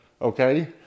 okay